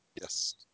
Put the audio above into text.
yes